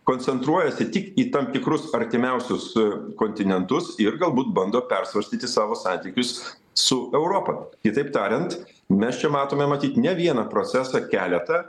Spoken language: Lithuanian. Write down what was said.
koncentruojasi tik į tam tikrus artimiausius kontinentus ir galbūt bando persvarstyti savo santykius su europa kitaip tariant mes čia matome matyt ne vieną procesą keletą